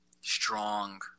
strong